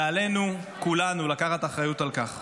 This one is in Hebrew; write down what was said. ועלינו כולנו לקחת אחריות על כך.